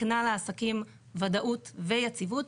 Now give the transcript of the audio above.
מקנה לעסקים ודאות ויציבות.